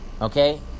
Okay